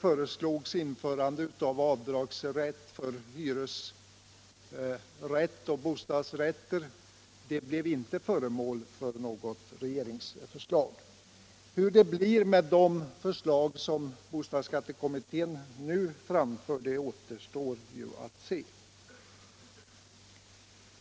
förslag om införande av avdragsrätt för hyresrätt och bostadsrätt föranledde som bekant inte något regeringsförslag. Hur det blir med de förslag som bostadsskattekommittén nu framför återstår att se.